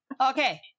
okay